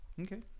Okay